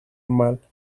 mal